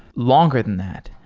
longer than that.